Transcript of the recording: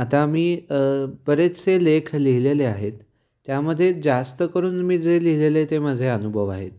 आता मी बरेचसे लेख लिहिलेले आहेत त्यामध्ये जास्त करून मी जे लिहिलेले आहे ते माझे अनुभव आहेत